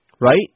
right